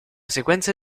sequenza